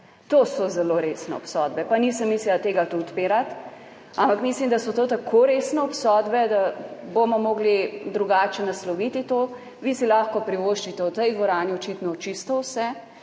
To so zelo resne obsodbe, pa nisem mislila tega tudi odpirati, ampak mislim, da so to tako resne obsodbe, da bomo mogli drugače nasloviti to. Vi si lahko privoščite v tej dvorani očitno čisto vse.